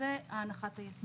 זאת הנחת היסוד.